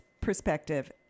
perspective